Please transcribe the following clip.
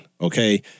okay